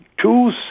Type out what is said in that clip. two